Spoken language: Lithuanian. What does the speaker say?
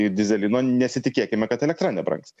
ir dyzelino nesitikėkime kad elektra nebrangs